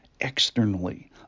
externally